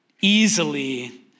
easily